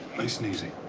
nice and easy.